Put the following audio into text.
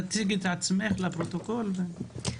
בבקשה.